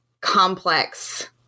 complex